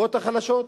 לשכבות החלשות,